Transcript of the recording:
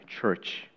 church